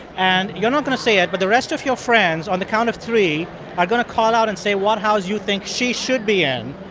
and you're not going to say it, but the rest of your friends on the count of three are going to call out and say what house you think she should be in,